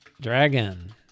dragon